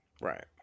Right